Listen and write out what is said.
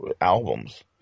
albums